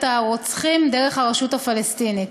את הרוצחים דרך הרשות הפלסטינית.